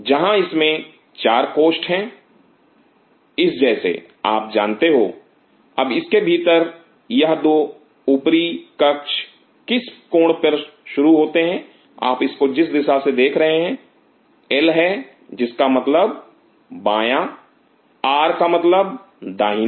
जहां इसमें चार कोष्ठ हैं इस जैसे आप जानते हो अब इसके भीतर यह दो ऊपरी कक्ष किस कोण पर शुरू होते हैं आप इसको जिस दिशा से देख रहे हैं एल है जिसका मतलब बाया आर का मतलब दाहिना